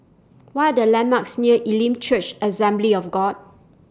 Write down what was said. What Are The landmarks near Elim Church Assembly of God